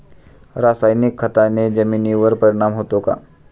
रासायनिक खताने जमिनीवर परिणाम होतो का?